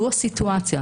זו הסיטואציה.